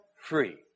free